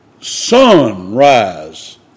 sunrise